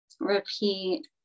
Repeat